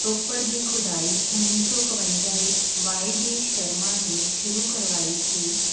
ਰੋਪੜ ਦੀ ਖੁਦਾਈ ਉੱਨੀ ਸੌ ਇੱਕਵੰਜਾ ਵਿੱਚ ਵਾਈ ਡੀ ਸ਼ਰਮਾ ਨੇ ਸ਼ੁਰੂ ਕਰਵਾਈ ਸੀ